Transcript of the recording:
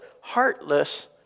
heartless